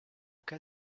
cas